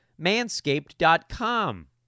manscaped.com